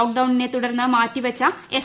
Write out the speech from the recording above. ലോക്ഡൌണിനെ തുടർന്ന് മാറ്റിവച്ച എസ്